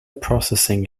processing